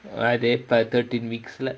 thirteen weeks lah